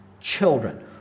children